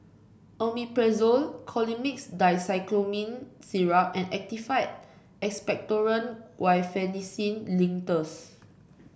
Omeprazole Colimix Dicyclomine Syrup and Actified Expectorant Guaiphenesin Linctus